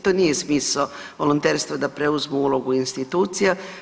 To nije smisao volonterstva da preuzmu ulogu institucija.